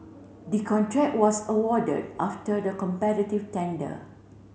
the contract was awarded after the competitive tender